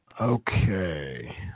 okay